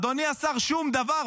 אדוני השר, שום דבר.